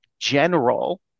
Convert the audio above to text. general